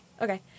okay